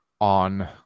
on